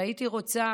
והייתי רוצה